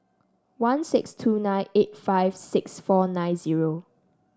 one six two nine eight five six four nine zero